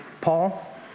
Paul